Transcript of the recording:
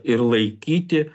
ir laikyti